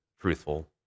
truthful